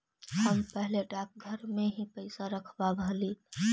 हम पहले डाकघर में ही पैसा रखवाव हली